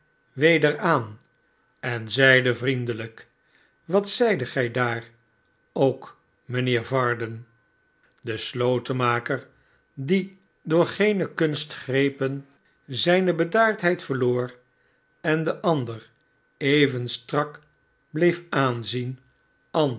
weder aan en zeide vriendelijk wat zeidet gij daar ook mijnheer varden de slotenmaker die door geene kunstgrepen zijne bedaardheid verloor en den ander even strak bleef aanzien